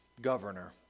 governor